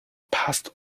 past